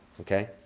okay